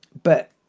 but,